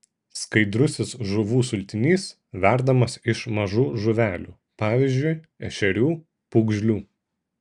skaidrusis žuvų sultinys verdamas iš mažų žuvelių pavyzdžiui ešerių pūgžlių